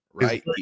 right